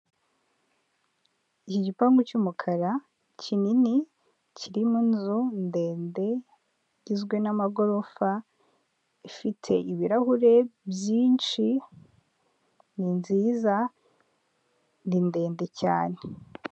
Igipangu cy'umukara kinini kirimo inzu ndende igizwe n'amagorofa, ifite ibirahure byinshi, ni nziza, ni ndende cyane.